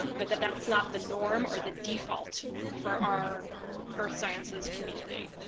but that that's not the norm or the default for our earth sciences community.